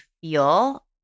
feel